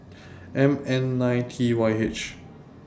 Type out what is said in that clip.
M N nine T Y H